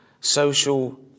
social